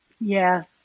yes